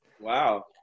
wow